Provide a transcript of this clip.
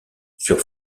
sur